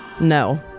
No